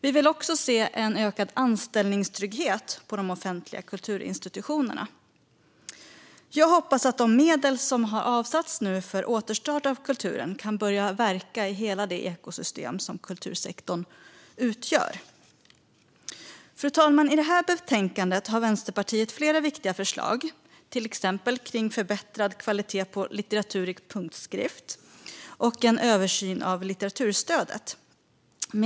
Vi vill också se en ökad anställningstrygghet på de offentliga kulturinstitutionerna. Jag hoppas att de medel som nu har avsatts för återstart av kulturen kan börja verka i hela det ekosystem som kultursektorn utgör. Fru talman! I det här betänkandet har Vänsterpartiet flera viktiga förslag, till exempel kring förbättrad kvalitet på litteratur i punktskrift och en översyn av litteraturstödet.